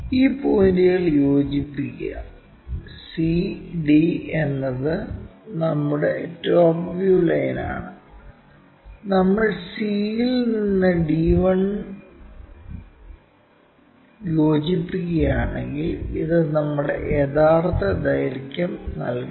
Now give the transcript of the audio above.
ഈ പോയിന്റുകൾ യോജിപ്പിക്കുക c d എന്നത് നമ്മുടെ ടോപ്പ് വ്യൂ ലൈനാണ് നമ്മൾ c ഇൽ നിന്ന് d 1 യോജിപ്പിക്കുകയാണെങ്കിൽ ഇത് നമ്മുടെ യഥാർത്ഥ ദൈർഘ്യം നൽകുന്നു